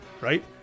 right